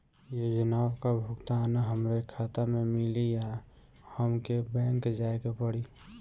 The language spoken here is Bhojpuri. योजनाओ का भुगतान हमरे खाता में मिली या हमके बैंक जाये के पड़ी?